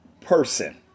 person